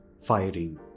firing